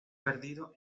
perdido